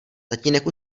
tatínek